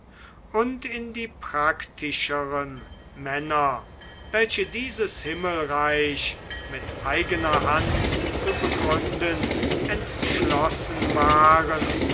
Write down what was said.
und in die praktischeren männer welche dieses himmelreich mit eigener hand zu begründen entschlossen waren